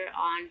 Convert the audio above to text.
on